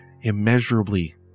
immeasurably